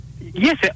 Yes